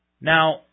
Now